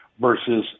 versus